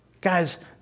Guys